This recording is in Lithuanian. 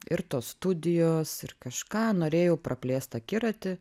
ir tos studijos ir kažką norėjau praplėst akiratį